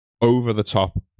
over-the-top